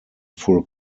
full